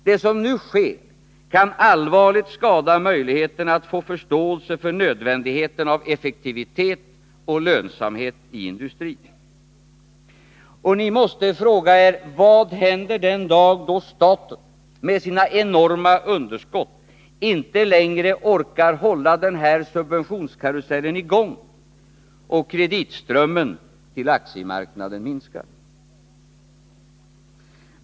Det som nu sker kan allvarligt skada möjligheterna att få förståelse för nödvändigheten av effektivitet och lönsamhet i industrin. Och ni måste fråga er: Vad händer den dag då staten, med sina enorma underskott, inte längre orkar hålla den här subventionskarusellen i gång och kreditströmmen till aktiemarknaden minskar?